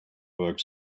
work